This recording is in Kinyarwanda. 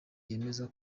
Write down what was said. yemeza